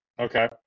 Okay